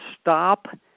stop